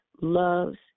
loves